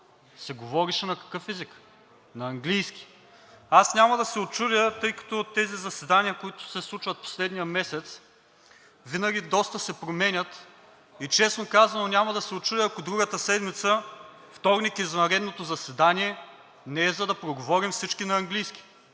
се говореше на какъв език? – На английски. Аз няма да се учудя, тъй като тези заседания, които се случват последния месец, винаги доста се променят и честно казано няма да се учудя, ако другата седмица във вторник извънредното заседание не е, за да проговорим всички на английски,